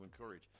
encourage